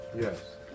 Yes